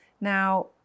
Now